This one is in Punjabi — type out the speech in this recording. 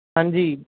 ਹਾਂਜੀ